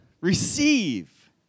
Receive